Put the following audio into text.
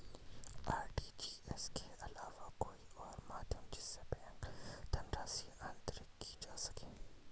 RTGS के अलावा कोई और माध्यम जिससे बैंक धनराशि अंतरित की जा सके?